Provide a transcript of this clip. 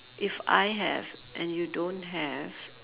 if I have and you don't have